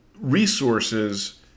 resources